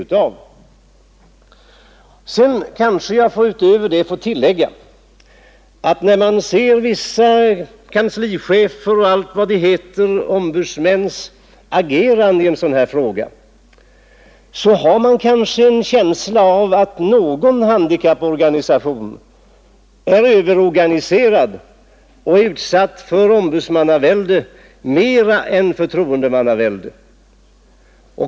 Utöver detta kanske jag får tillägga att man, när man ser vissa kanslichefers och ombudsmäns agerande i en sådan här fråga, får en känsla av att någon handikapporganisation kanske är överorganiserad och utsatt för ombudsmannavälde mer än förtroendemannavälde.